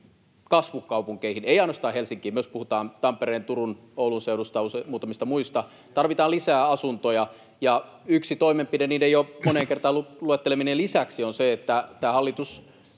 kasvukaupunkeihin, ei ainoastaan Helsinkiin — puhutaan myös Tampereen, Turun ja Oulun seudusta, muutamista muista — lisää asuntoja. Yksi toimenpide niiden jo moneen kertaan luettelemieni lisäksi on se, että tämä hallitus